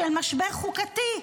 של משבר חוקתי.